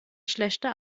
schlechte